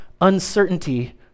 uncertainty